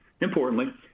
Importantly